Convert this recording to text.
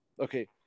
Okay